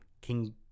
King